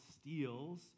steals